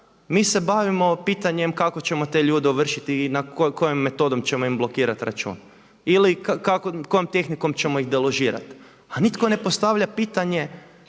mi se bavimo pitanjem kako ćemo te ljude ovršiti i kojom metodom ćemo im blokirati račun ili kojom tehnikom ćemo ih deložirati. A nitko ne postavlja pitanje